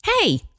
Hey